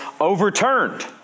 overturned